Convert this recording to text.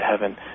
heaven